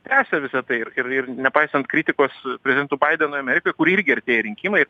tęsia visa tai ir ir ir nepaisant kritikos prezidentui baidenui amerikoj kur irgi artėja rinkimai